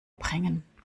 bringen